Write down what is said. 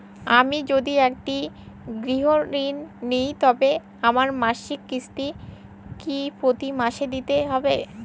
আমি যদি একটি গৃহঋণ নিই তবে আমার মাসিক কিস্তি কি প্রতি মাসে দিতে হবে?